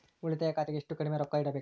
ಉಳಿತಾಯ ಖಾತೆಗೆ ಎಷ್ಟು ಕಡಿಮೆ ರೊಕ್ಕ ಇಡಬೇಕರಿ?